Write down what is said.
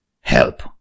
Help